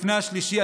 לפני השלישי,